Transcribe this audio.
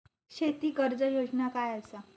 शेती कर्ज योजना काय असा?